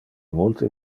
multe